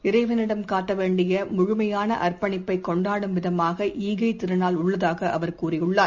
இறைவனிடம் காட்டவேண்டியமுழுமையானஅர்ப்பணிப்பைகொண்டாடும் விதமாகாகைத் திருநாள் உள்ளதாகஅவர் கூறியுள்ளார்